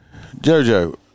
JoJo